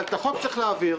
אבל את החוק צריך להעביר.